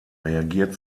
reagiert